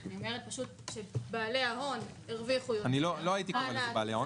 אני אומרת שבעלי ההון הרוויחו יותר --- לא הייתי קורה לזה בעלי הון.